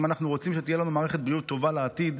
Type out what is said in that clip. אם אנחנו רוצים שתהיה לנו מערכת בריאות טובה לעתיד,